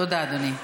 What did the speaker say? תודה, אדוני.